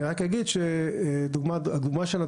אני רק אגיד שהדוגמה שנתת,